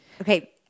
Okay